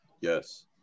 Yes